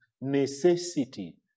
necessity